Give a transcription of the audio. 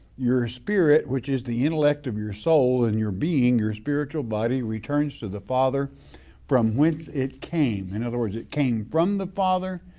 your spirit, which is the intellect of your soul and your being, your spiritual body returns to the father from whence it came. in other words, it came from the father,